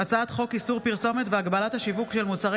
הצעת חוק איסור פרסומת והגבלת השיווק של מוצרי